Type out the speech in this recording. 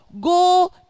go